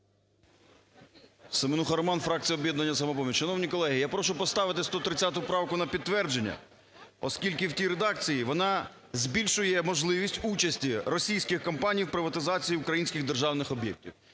СеменухаРоман, фракція "Об'єднання "Самопоміч". Шановні колеги, я прошу поставити 130 правку на підтвердження, оскільки в тій редакції вона збільшує можливість участі російських компаній в приватизації українських державних об'єктів.